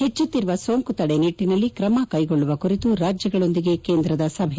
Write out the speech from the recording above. ಹೆಚ್ಚುತ್ತಿರುವ ಸೋಂಕು ತಡೆ ನಿಟ್ಟಿನಲ್ಲಿ ಕ್ರಮ ಕೈಗೊಳ್ಳುವ ಕುರಿತು ರಾಜ್ಯಗಳೊಂದಿಗೆ ಕೇಂದ್ರದ ಸಭೆ